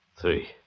Three